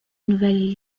nouvelle